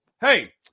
hey